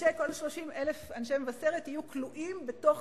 כל 30,000 אנשי מבשרת יהיו כלואים בתוך